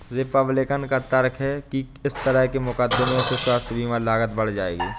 Republican का तर्क है कि इस तरह के मुकदमों से स्वास्थ्य बीमा लागत बढ़ जाएगी